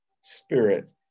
spirit